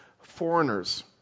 foreigners